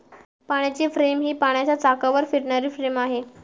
पाण्याची फ्रेम ही पाण्याच्या चाकावर फिरणारी फ्रेम आहे